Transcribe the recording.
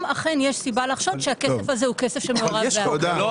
אכן יש סיבה לחשוד שהכסף הזה הוא כסף שמעורב בעבירה.